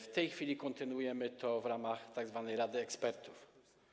W tej chwili kontynuujemy to w ramach tzw. Rady Ekspertów.